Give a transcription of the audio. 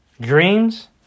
Dreams